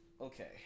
Okay